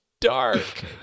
dark